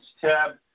tab